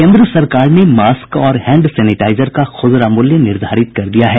केंद्र सरकार ने मास्क और हैंड सेनेटाईजर का खुदरा मूल्य निर्धारित कर दिया है